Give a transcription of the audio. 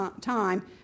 time